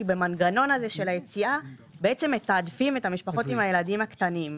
כי במנגנון הזה של היציאה בעצם מתעדפים את המשפחות עם הילדים הקטנים,